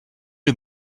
les